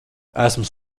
esmu